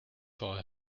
for